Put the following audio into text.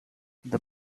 the